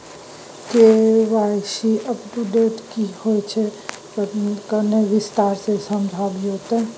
KYC update की होय छै किन्ने विस्तार से समझाऊ ते?